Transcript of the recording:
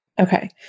Okay